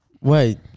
Wait